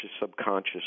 subconscious